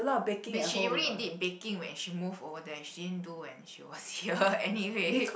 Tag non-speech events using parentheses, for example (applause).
but she only did baking when she move over there she didn't do when she was here (breath) anyway